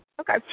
okay